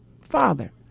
father